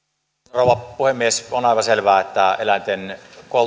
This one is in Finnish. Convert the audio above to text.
rouva puhemies on aivan selvää että eläinten